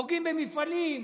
פוגעים במפעלים.